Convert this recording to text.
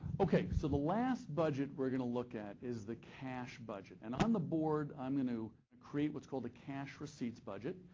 okay, so the last budget we're going to look at is the cash budget, and on the board, i'm going to create what's called a cash receipts budget.